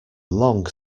long